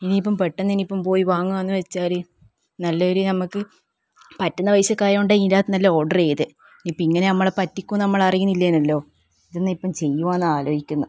ഇനിയിപ്പം പെട്ടെന്ന് ഇനിയിപ്പം പോയി വാങ്ങാമെന്ന് വെച്ചാൽ നല്ലൊരു നമ്മക്ക് പറ്റുന്ന പൈസക്ക് ആയതു കൊണ്ടാണ് ഇയിനാത്ത് എല്ലാ ഓർഡർ ചെയ്തേ ഇതിപ്പോൾ ഇങ്ങനെ നമ്മളെ പറ്റിക്കും എന്ന് നമ്മൾ അറിയുന്നില്ലേനല്ലോ ഇതിന്നിപ്പോൾ എന്താ ചെയ്യുവാന്നാണ് ആലോചിക്കുന്ന